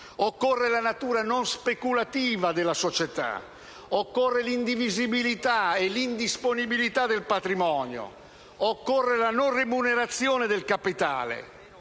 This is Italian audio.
occorre la natura non speculativa della società, l'indivisibilità e l'indisponibilità del patrimonio e la non remunerazione del capitale.